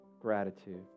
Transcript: gratitude